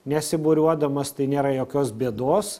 nesibūriuodamos tai nėra jokios bėdos